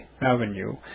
Avenue